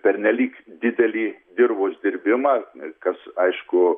pernelyg didelį dirvos dirbimą kas aišku